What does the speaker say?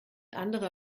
andere